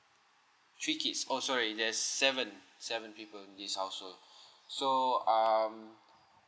three kids oh sorry there's seven seven people in this household so um